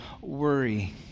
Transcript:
worry